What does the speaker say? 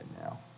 now